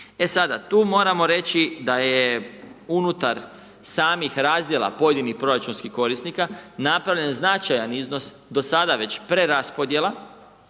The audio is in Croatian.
E sada tu moramo reći da je unutar samih razdjela pojedinih proračunskih korisnika, napravljen značajan iznos do sada već preraspodjela